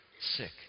sick